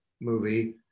movie